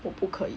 我不可以